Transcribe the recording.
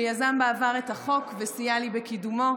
שיזם בעבר את החוק וסייע לי בקידומו.